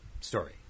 story